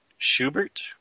Schubert